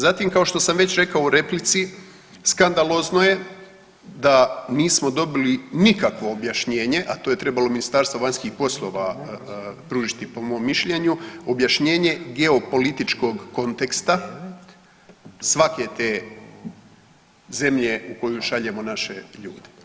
Zatim kao što sam već rekao u replici, skandalozno je da nismo dobili nikakvo objašnjenje, a to je trebalo Ministarstvo vanjskih poslova pružiti po mom mišljenju objašnjenje geopolitičkog konteksta svake te zemlje u koju šaljemo naše ljude.